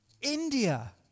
India